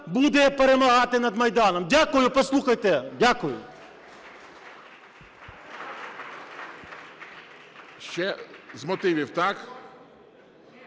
буде перемагати над Майданом. Дякую. Послухайте! Дякую.